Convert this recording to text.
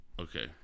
Okay